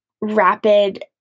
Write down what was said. rapid